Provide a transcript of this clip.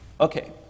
Okay